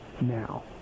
now